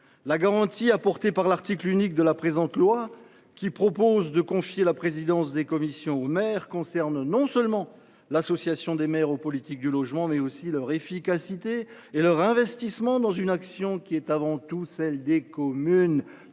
La garantie apportée par l’article unique de la présente proposition de loi, qui prévoit de confier la présidence des commissions aux maires, concerne non seulement l’association des maires aux politiques du logement, mais aussi leur efficacité et leur investissement dans une action qui est avant tout celle des communes